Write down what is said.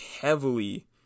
heavily